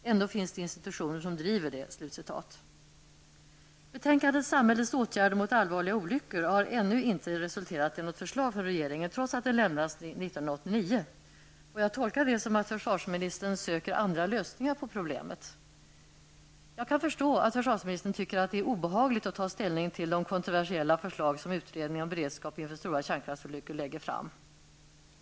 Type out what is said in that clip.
Ändå finns det institutioner som driver det.'' Betänkandet Samhällets åtgärder mot allvarliga olyckor har ännu inte resulterat i något förslag från regeringen, trots att betänkandet lämnades 1989. Får jag tolka det så att försvarsministern söker andra lösningar på problemet? Jag kan förstå att försvarsministern tycker att det är obehagligt att ta ställning till de kontroversiella förslag som utredningen om beredskapen inför stora kärnkraftsolyckor lägger fram.